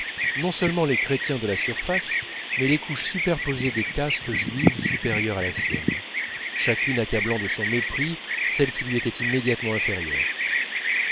non seulement les chrétiens de la surface mais les couches superposées des castes juives supérieures à la sienne chacune accablant de son mépris celle qui lui était immédiatement inférieure